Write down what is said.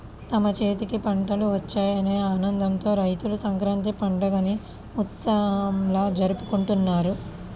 తమ చేతికి పంటలు వచ్చాయనే ఆనందంతో రైతులు సంక్రాంతి పండుగని ఉత్సవంలా జరుపుకుంటారు